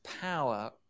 power